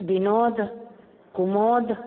Vinod Kumod